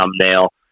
thumbnail